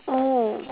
mm